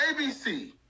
ABC